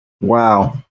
Wow